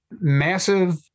massive